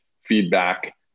feedback